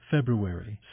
February